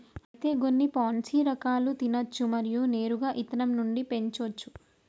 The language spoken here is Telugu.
అయితే గొన్ని పాన్సీ రకాలు తినచ్చు మరియు నేరుగా ఇత్తనం నుండి పెంచోచ్చు